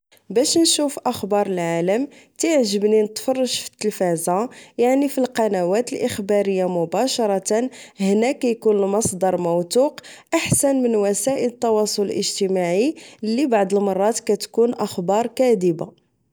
باش نشوف اخبار العالم كيعجبني نتفرج فالتلفازة يعني في القنوات الاخبارية مباشرة هنا كيكون المصدر موثوق احسن من وسائل التوصل الاجتماعي اللي بعد المرات كتكون اخبار كادبة